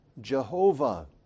Jehovah